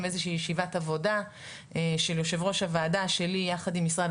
איזושהי ישיבת עבודה של יושב-ראש הוועדה שלי יחד עם משרד